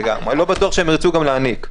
לא בטוח שהם ירצו גם להניק.